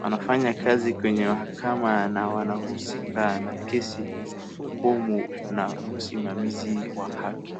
.Wanafanya kazi kwa mahakama na wanahusika na kesi , hukumu na usimamizi wa haki.